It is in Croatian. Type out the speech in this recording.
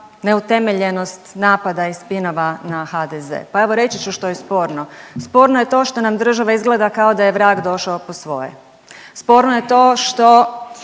neutemeljenost napada i spinova na HDZ, pa evo reći ću što je sporno. Sporno je to što nam država izgleda kao da je vrag došao po svoje, sporno je to što